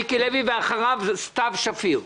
מיקי לוי, ואחריו סתיו שפיר.